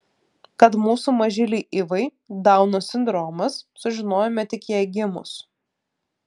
kad mūsų mažylei ivai dauno sindromas sužinojome tik jai gimus